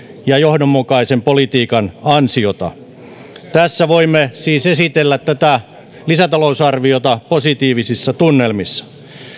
ja johdonmukaisen politiikan ansiota voimme siis esitellä tätä lisätalousarviota positiivisissa tunnelmissa